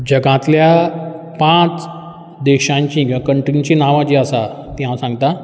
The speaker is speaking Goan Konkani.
जगांतल्या पांच देशांची किंवा कंट्रींचीं नांवां जीं आसा तीं हांव सांगतां